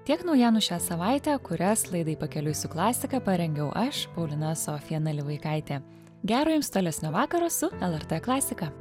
tiek naujienų šią savaitę kurias laidai pakeliui su klasika parengiau aš paulina sofija nalivaikaitė gero jums tolesnio vakaro su lrt klasika